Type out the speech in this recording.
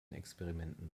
experimenten